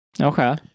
Okay